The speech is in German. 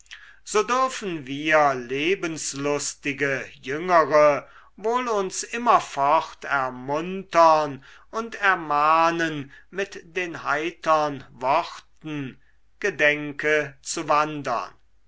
so dürfen wir lebenslustige jüngere wohl uns immerfort ermuntern und ermahnen mit den heitern worten gedenke zu wandern